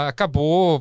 Acabou